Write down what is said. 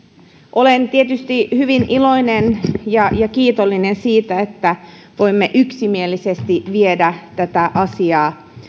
olen tietysti hyvin iloinen ja ja kiitollinen siitä että voimme yksimielisesti viedä tätä asiaa